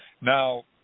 Now